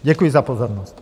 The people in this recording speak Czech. Děkuji za pozornost.